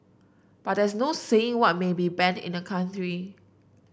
but there is no saying what may be banned in a country